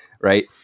right